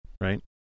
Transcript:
Right